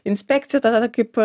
inspekcija tada kaip